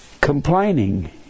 complaining